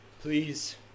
Please